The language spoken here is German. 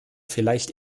vielleicht